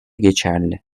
geçerli